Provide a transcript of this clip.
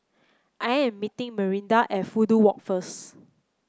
I am meeting Marinda at Fudu Walk first